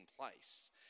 place